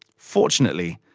fortunately,